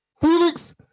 Felix